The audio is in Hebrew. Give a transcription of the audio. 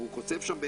וחושף את